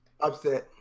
Upset